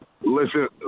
listen